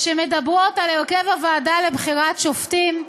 שמדברות על הרכב הוועדה לבחירת שופטים.